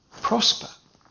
prosper